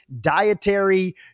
dietary